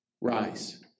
Rise